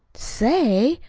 say?